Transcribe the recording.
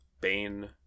Bane